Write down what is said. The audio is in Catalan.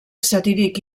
satíric